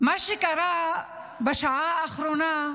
מה שקרה בשעה האחרונה,